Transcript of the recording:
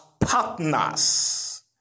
partners